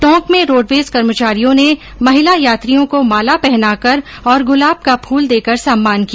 टोंक में रोडवेजकर्मचारियों ने महिला यात्रियों को माला पहनाकर और गुलाब का फूल देकर सम्मान किया